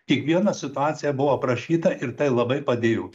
kiekviena situacija buvo aprašyta ir tai labai padėjo